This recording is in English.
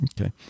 okay